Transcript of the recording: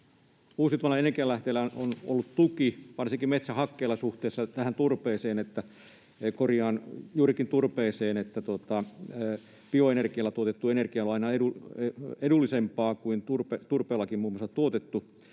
uusiutuvalla energianlähteellä on ollut tuki, varsinkin metsähakkeella suhteessa juurikin turpeeseen, niin että bioenergialla tuotettu energia on aina edullisempaa kuin muun muassa turpeella